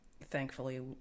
Thankfully